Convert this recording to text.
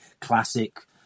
classic